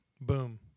Boom